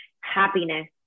happiness